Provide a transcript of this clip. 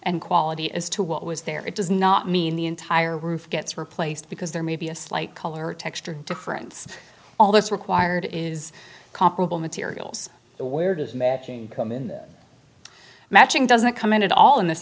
and quality as to what was there it does not mean the entire roof gets replaced because there may be a slight color texture difference all that's required is comparable materials where does matching come in matching doesn't come in at all in th